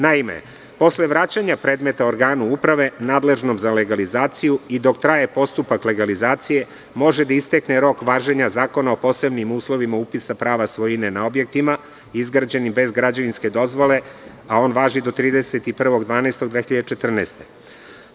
Naime, posle vraćanja predmeta organu uprave nadležnom za legalizaciju i dok traje postupak legalizacije može da istekne rok važenja Zakona o posebnim uslovima upisa prava svojine na objektima izgrađenim bez građevinske dozvole, a on važi do 31. decembra 2014. godine.